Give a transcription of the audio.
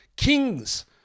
Kings